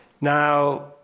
Now